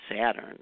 Saturn